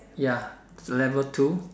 ya level two